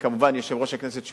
וכמובן יושב-ראש הכנסת,